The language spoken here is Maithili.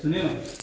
सुनिये ने